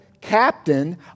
captain